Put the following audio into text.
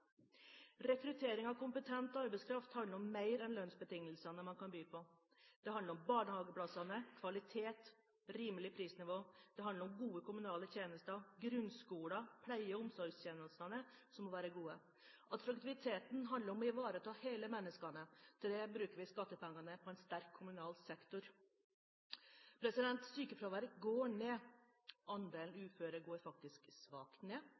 Rekruttering av kompetent arbeidskraft handler om mer enn lønnsbetingelsene man kan by på. Det handler om barnehageplassene, kvalitet, om rimelig prisnivå og om gode kommunale tjenester, grunnskoler og pleie- og omsorgstjenester. Attraktiviteten handler om å ivareta hele mennesket. Til det bruker vi skattepengene på en sterk kommunal sektor. Sykefraværet går ned. Andelen uføre går faktisk svakt ned.